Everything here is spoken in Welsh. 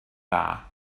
dda